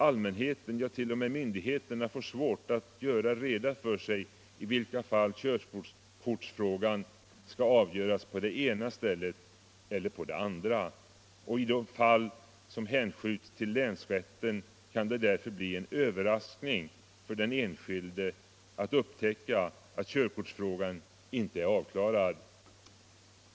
Allmänheten — ja, t.o.m. myndigheterna — får svårt att göra reda för sig i vilka fall körkortsfrågan skall avgöras på det ena eller det andra stället. Och i de fall som hänskjuts till länsrätten kan det därför bli en överraskning för den enskilde att upptäcka att körkortsfrågan inte är avklarad.